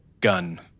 gun